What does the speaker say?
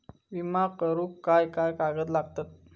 विमा करुक काय काय कागद लागतत?